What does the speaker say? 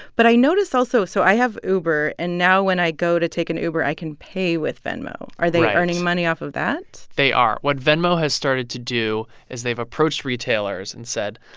but i noticed, also so i have uber. and now, when i go to take an uber, i can pay with venmo right are they earning money off of that? they are. what venmo has started to do is they've approached retailers and said,